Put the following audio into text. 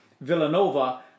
Villanova